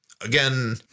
Again